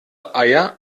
eier